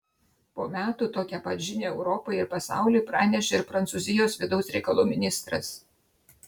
po metų tokią pat žinią europai ir pasauliui pranešė ir prancūzijos vidaus reikalų ministras